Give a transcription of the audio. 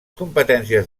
competències